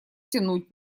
тянуть